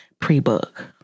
pre-book